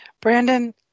Brandon